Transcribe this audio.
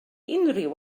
unrhyw